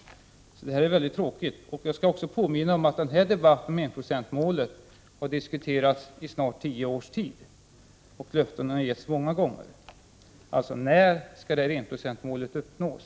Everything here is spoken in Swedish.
Situationen är som sagt mycket tråkig. Jag vill också påminna om att debatten om enprocentsmålet har varit aktuell i snart tio års tid, och det har getts löften många gånger. Alltså skall enprocentsmålet uppnås.